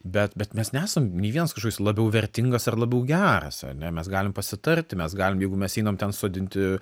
bet bet mes nesam nei vienas kažkoks labiau vertingas ar labiau geras ane mes galim pasitarti mes galim jeigu mes einam ten sodinti